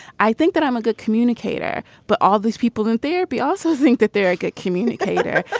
i think that i'm a good communicator but all these people in therapy also think that they're a good communicator.